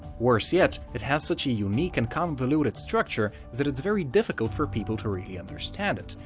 worse yet, it has such a unique and convoluted structure that it's very difficult for people to really understand it,